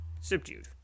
subdued